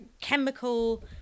chemical